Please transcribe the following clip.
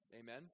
Amen